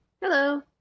Hello